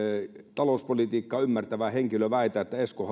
talouspolitiikkaa ymmärtävä henkilö väitä että esko